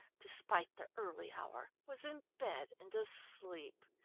despite the early hour, was in bed and asleep.